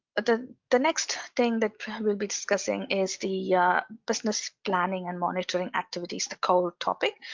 the the next thing that we'll be discussing is the business planning and monitoring activities the core topic.